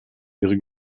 ihre